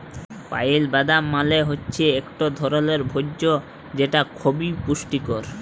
pile বাদাম মালে হৈচ্যে ইকট ধরলের ভোজ্য যেটা খবি পুষ্টিকর